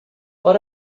but